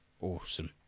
awesome